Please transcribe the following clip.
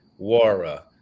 Wara